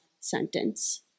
sentence